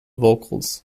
vocals